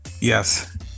Yes